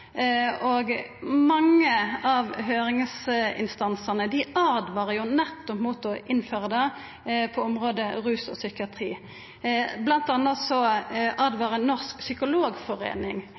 og mange av høyringsinstansane åtvarar nettopp mot å innføra dette på områda rus og psykiatri, bl.a. åtvarar Norsk Psykologforening